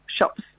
shops